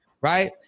right